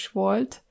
volt